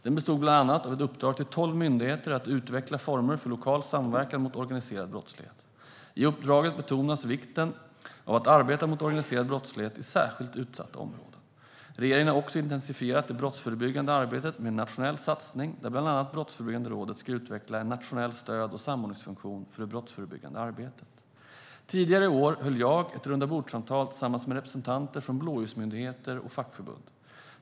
Den bestod bland annat av ett uppdrag till tolv myndigheter att utveckla former för lokal samverkan mot organiserad brottslighet. I uppdraget betonas vikten av att arbeta mot organiserad brottslighet i särskilt utsatta områden. Regeringen har också intensifierat det brottsförebyggande arbetet med en nationell satsning där bland annat Brottsförebyggande rådet ska utveckla en nationell stöd och samordningsfunktion för det brottsförebyggande arbetet. Tidigare i år höll jag ett rundabordssamtal tillsammans med representanter från blåljusmyndigheter och fackförbund.